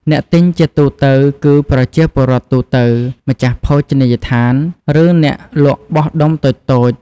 អ្នកទិញជាទូទៅគឺប្រជាពលរដ្ឋទូទៅ ម្ចាស់ភោជនីយដ្ឋាន ឬអ្នកលក់បោះដុំតូចៗ។